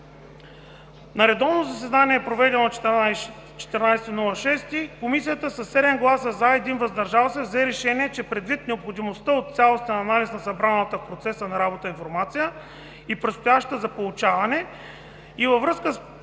На редовно заседание, проведено на 14.06.2017 г., Комисията със 7 гласа „за“, 1 – „въздържал се“, взе решение, че предвид необходимостта от цялостен анализ на събраната в процеса на работа информация и предстоящата за получаване, във връзка